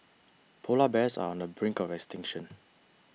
Polar Bears are on the brink of extinction